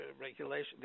regulation